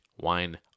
Wine